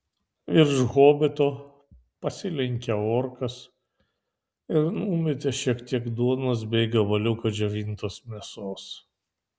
virš hobito pasilenkė orkas ir numetė šiek tiek duonos bei gabaliuką džiovintos mėsos